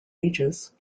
ages